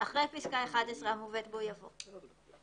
אחרי פסקה (11) המובאת בו יבוא: "(12)